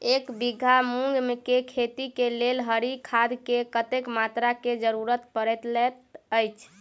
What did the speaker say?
एक बीघा मूंग केँ खेती केँ लेल हरी खाद केँ कत्ते मात्रा केँ जरूरत पड़तै अछि?